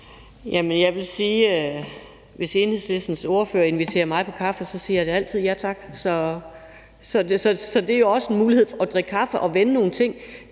Hvis Enhedslistens ordfører inviterer mig på kaffe, siger jeg da altid ja tak. Så det er også en mulighed at drikke kaffe og vende nogle ting.